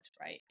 right